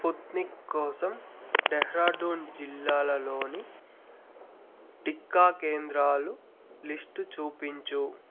Sputnik కోసం డెహ్రాడూన్ జిల్లాలలోని టీకా కేంద్రాలు లిస్టు చూపించుము